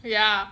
ya